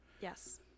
Yes